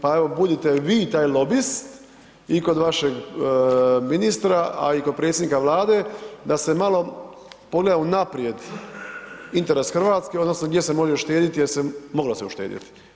Pa evo, budite i vi taj lobist i kod vašeg ministra a i kod predsjednika Vlade da se malo pogleda unaprijed interes Hrvatske, odnosno gdje se može štedjeti jer se, moglo se uštedjeti.